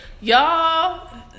y'all